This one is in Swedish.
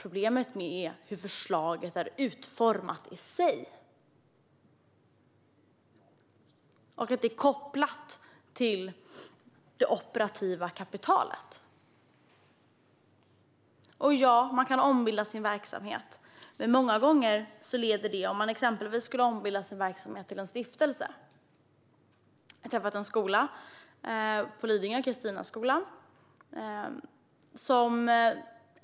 Problemet är hur förslaget är utformat i sig och att det är kopplat till det operativa kapitalet. Ja, man kan ombilda sin verksamhet. Man kan exempelvis ombilda sin verksamhet till en stiftelse. Jag har besökt en skola på Lidingö, Christinaskolan.